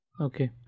Okay